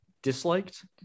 Disliked